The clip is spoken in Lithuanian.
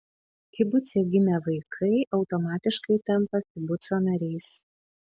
kibuce gimę vaikai automatiškai tampa kibuco nariais